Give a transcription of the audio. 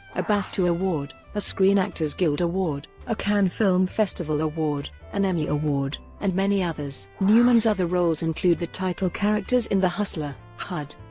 a bafta award, a screen actors guild award, a cannes film festival award, an emmy award, and many others. newman's other roles include the title characters in the hustler, hud,